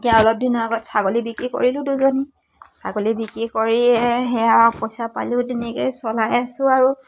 এতিয়া অলপ দিনৰ আগত ছাগলী বিক্ৰী কৰিলোঁ দুজনী ছাগলী বিক্ৰী কৰিয়ে সেয়া পইচা পালোঁ তেনেকৈ চলাই আছো আৰু